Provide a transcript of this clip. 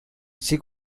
she